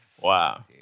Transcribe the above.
Wow